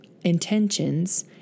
intentions